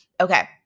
Okay